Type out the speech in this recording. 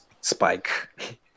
spike